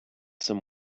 some